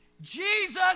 Jesus